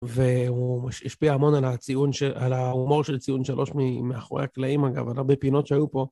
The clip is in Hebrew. והוא השפיע המון על ההומור של ציון שלוש מאחורי הקלעים, אגב, על הרבה פינות שהיו פה.